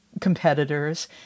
competitors